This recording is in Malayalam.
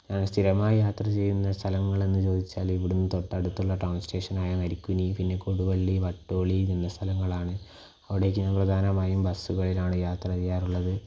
ഞാൻ സ്ഥിരമായി യാത്ര ചെയ്യുന്ന സ്ഥലങ്ങൾ എന്ന് ചോദിച്ചാൽ ഇവിടെനിന്ന് തൊട്ടടുത്തുള്ള ടൗൺ സ്റ്റേഷനായ നരിക്കുനി പിന്നെ കൊടുവള്ളി വട്ടോളി എന്ന സ്ഥലങ്ങളാണ് അവിടേയ്ക്കെല്ലാം പ്രധാനമായും ബസ്സുകളിലാണ് യാത്ര ചെയ്യാറുള്ളത്